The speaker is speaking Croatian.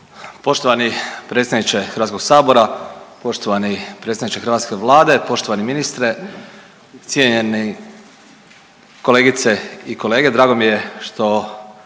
Poštovani predsjedniče Hrvatskog sabora, poštovani predsjedniče hrvatske vlade, poštovani ministre, cijenjeni kolegice i kolege, drago mi je što